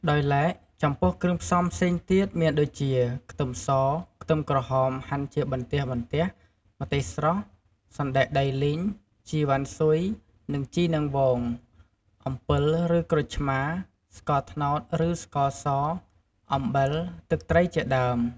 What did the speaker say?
ដោយឡែក ចំពោះគ្រឿងផ្សំផ្សេងទៀតមានដូចជា ខ្ទឹមស ខ្ទឹមក្រហមហាន់ជាបន្ទះៗ ម្ទេសស្រស់ សណ្តែកដីលីង ជីរវ៉ាន់ស៊ុយ និង ជីនាងវង អំពិលឬក្រូចឆ្មា ស្កត្នោតឬស្ករស អំបិល ទឹកត្រីជាដើម។